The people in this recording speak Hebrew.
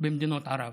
במדינות ערב.